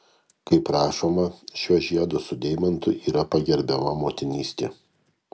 kaip rašoma šiuo žiedu su deimantu yra pagerbiama motinystė